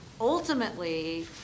ultimately